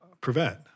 prevent